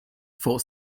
for